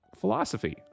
philosophy